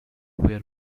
were